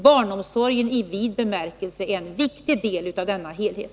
Barnomsorg i vid bemärkelse är en viktig del av denna helhet.